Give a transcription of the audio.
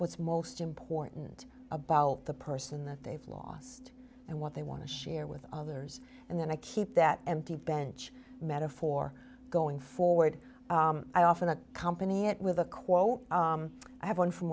what's most important about the person that they've lost and what they want to share with others and then i keep that empty bench metaphor going forward i often accompany it with a quote i have one from